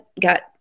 got